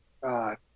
God